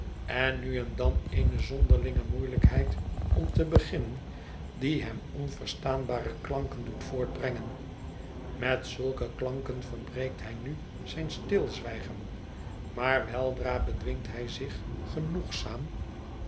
en nu en dan eene zonderlinge moeielijkheid om te beginnen die hem onverstaanbare klanken doet voortbrengen met zulke klanken verbreekt hij nu zijn stilzwijgen maar weldra bedwingt hij zich genoegzaam